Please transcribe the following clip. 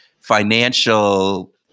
financial